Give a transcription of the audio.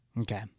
Okay